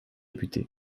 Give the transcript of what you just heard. député